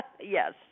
Yes